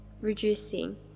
reducing